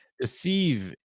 Deceive